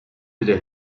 wieder